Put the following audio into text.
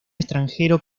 extranjero